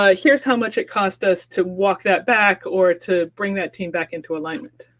ah here's how much it cost us to walk that back, or to bring that team back into alignment.